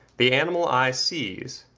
the animal eye sees,